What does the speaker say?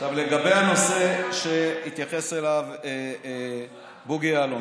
עכשיו לגבי הנושא שהתייחס אליו בוגי יעלון.